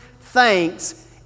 thanks